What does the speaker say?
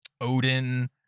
Odin